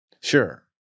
sure